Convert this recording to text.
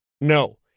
No